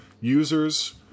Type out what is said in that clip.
users